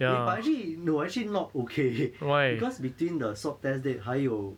eh but actually no actually not okay because between the swab test date 还有